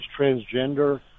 transgender